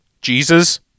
Jesus